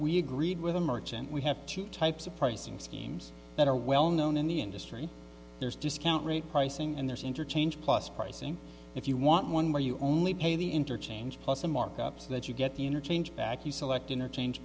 we agreed with the merchant we have two types of pricing schemes that are well known in the industry there's discount rate pricing and there's interchange plus pricing if you want one where you only pay the interchange plus a markup so that you get the interchange back you select interchange